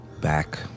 back